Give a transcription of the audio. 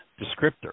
descriptor